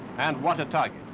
and what a target.